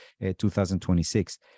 2026